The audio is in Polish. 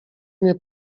mnie